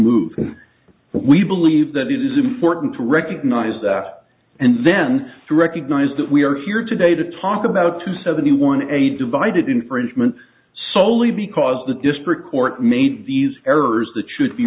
moving we believe that it is important to recognize that and then through recognize that we are here today to talk about two seventy one a divided infringement soley because the district court made these errors that should be